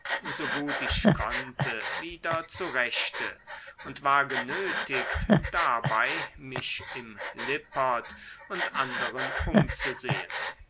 so gut ich konnte wieder zurechte und war genötigt dabei mich im lippert und anderen umzusehen